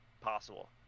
possible